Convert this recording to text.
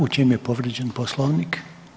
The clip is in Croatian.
U čem je povrijeđen Poslovnik?